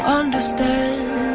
understand